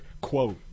quote